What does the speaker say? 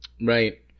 Right